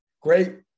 Great